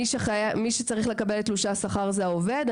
מי שצריך לקבל את תלושי השכר הוא העובד;